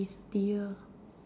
tastier